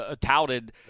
touted